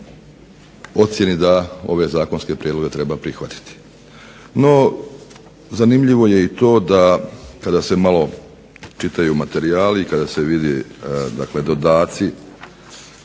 ocjeni da ove zakonske prijedloge treba prihvatiti. No zanimljivo je i to da kada se malo čitaju materijali i kada se vide dodaci